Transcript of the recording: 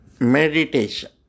Meditation